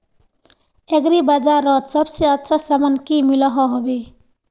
Agri बजारोत सबसे अच्छा सामान की मिलोहो होबे?